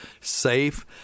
safe